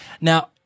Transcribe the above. Now